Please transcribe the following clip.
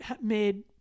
made